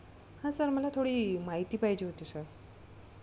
हां सर मला थोडी माहिती पाहिजे होती सर